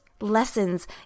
lessons